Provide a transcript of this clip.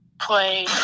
play